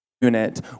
unit